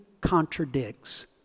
contradicts